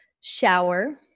Shower